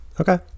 Okay